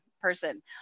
person